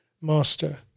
master